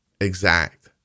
exact